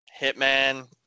Hitman